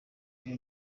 the